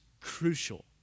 crucial